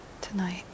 tonight